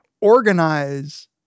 organize